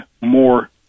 more